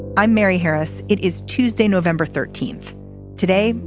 i'm mary harris it is tuesday november thirteenth today.